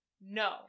No